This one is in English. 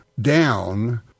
down